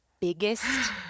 biggest